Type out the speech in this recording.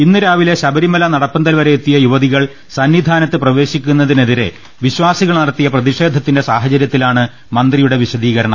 ഇന്ന് രാവിലെ ശബരിമല നടപ്പന്തൽ വരെ എത്തിയ യുവതി കൾ സന്നിധാനത്ത് പ്രവേശിക്കുന്നതിനെതിരെ വിശ്വാസികൾ നടത്തിയ പ്രതിഷേധത്തിന്റെ സാഹചര്യത്തിലാണ് മന്ത്രിയുടെ വിശദീകരണം